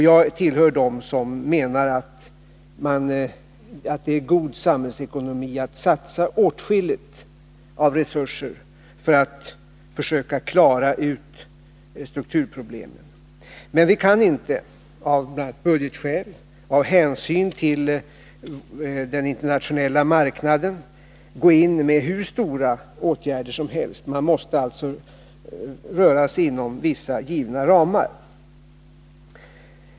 Jag tillhör dem som menar att det är god samhällsekonomi att satsa åtskilligt av resurser för att försöka klara strukturproblemen. Men vi kan inte, bl.a. av budgetskäl och av hänsyn till den internationella marknaden, vidta hur stora åtgärder som helst. Vi måste alltså röra oss inom vissa givna ramar.